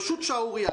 פשוט שערורייה.